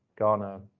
Ghana